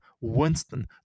Winston